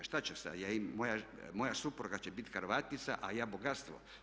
Šta ćemo sad, moja supruga će biti hrvatica a ja bogatstvo.